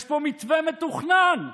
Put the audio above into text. יש פה מתווה מתוכנן: